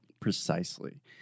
Precisely